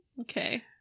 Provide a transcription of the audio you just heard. Okay